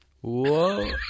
Whoa